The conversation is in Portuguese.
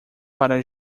para